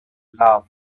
love